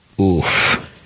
Oof